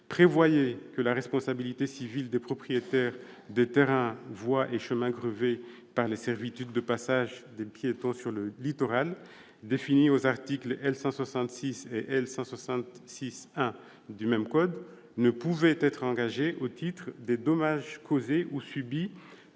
prévoyait que la responsabilité civile des propriétaires des terrains, voies et chemins grevés par les servitudes de passage des piétons sur le littoral, définies aux articles L. 160-6 et L. 160-6-1 du même code, ne pouvait être engagée au titre des dommages causés ou subis